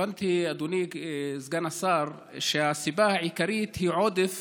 הבנתי, אדוני סגן השר, שהסיבה העיקרית היא עודף